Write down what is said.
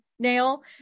Nail